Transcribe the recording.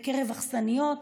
באכסניות,